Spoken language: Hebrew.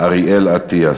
אריאל אטיאס.